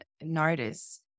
notice